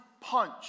punch